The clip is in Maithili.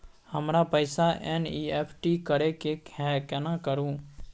हमरा पैसा एन.ई.एफ.टी करे के है केना करू?